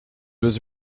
was